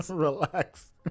Relax